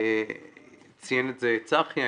ציין את זה צחי,